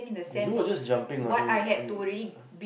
you were just jumping and